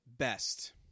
Best